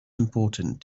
important